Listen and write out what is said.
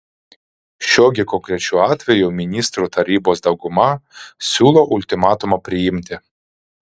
šiuo gi konkrečiu atveju ministrų tarybos dauguma siūlo ultimatumą priimti